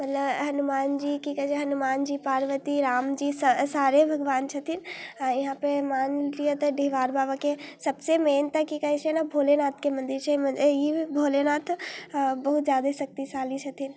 मतलब हनुमानजी कि कहै छै हनुमानजी पार्वती रामजीसँ सारे भगवान छथिन इहाँपर मानि लिअ तऽ डिहबार बाबाके सबसँ मेन छै कि कहै छै ने भोलेनाथके मन्दिर छै ई भोलेनाथ बहुत ज्यादे शक्तिशाली छथिन